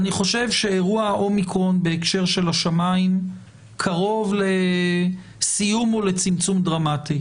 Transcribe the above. אני חושב שאירוע האומיקרון בהקשר של השמיים קרוב לסיום ולצמצום דרמטי.